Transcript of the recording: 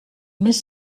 més